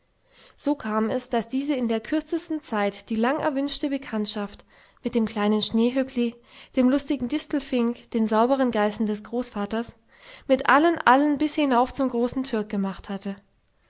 so kam es daß diese in der kürzesten zeit die langerwünschte bekanntschaft mit dem kleinen schneehöppli dem lustigen distelfink den sauberen geißen des großvaters mit allen allen bis hinauf zum großen türk gemacht hatte